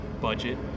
budget